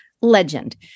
legend